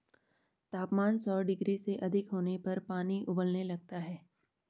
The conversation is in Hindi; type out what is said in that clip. तापमान सौ डिग्री से अधिक होने पर पानी उबलने लगता है